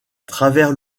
travers